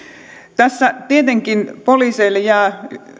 tietenkin poliiseille jää